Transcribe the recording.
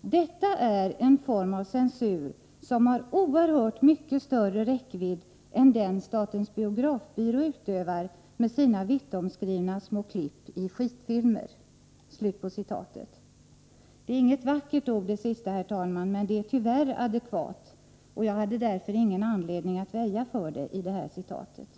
Detta är en form av censur som har oerhört mycket större räckvidd än den statens biografbyrå utövar med sina vittomskrivna små klipp i skitfilmer.” Det sistnämnda är inget vackert ord, herr talman, men det är tyvärr adekvat. Jag hade därför ingen anledning att väja för det i det här citatet.